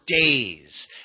days